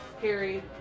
Harry